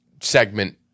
segment